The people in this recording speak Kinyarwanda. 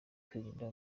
kwirinda